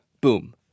boom